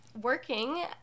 working